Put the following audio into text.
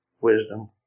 wisdom